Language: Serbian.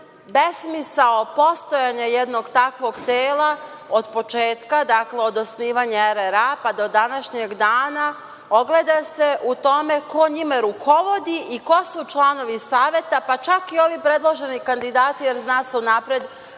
besmisao postojanja jednog takvog tela, od početka, dakle od osnivanja RRA, pa do današnjeg dana, ogleda se u tome ko njima rukovodi i ko su članovi Saveta, pa čak i oni predloženi kandidati, jer zna se unapred,